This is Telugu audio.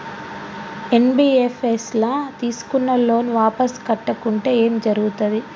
ఎన్.బి.ఎఫ్.ఎస్ ల తీస్కున్న లోన్ వాపస్ కట్టకుంటే ఏం జర్గుతది?